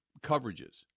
coverages